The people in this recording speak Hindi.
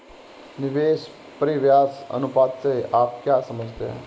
निवेश परिव्यास अनुपात से आप क्या समझते हैं?